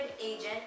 agent